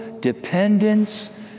dependence